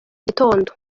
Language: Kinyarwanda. gitondo